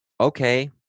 okay